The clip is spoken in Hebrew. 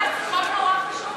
סליחה, זה חוק נורא חשוב.